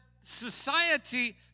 society